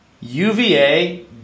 UVA